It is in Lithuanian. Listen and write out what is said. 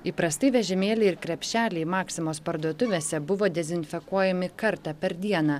įprastai vežimėliai ir krepšeliai maksimos parduotuvėse buvo dezinfekuojami kartą per dieną